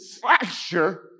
fracture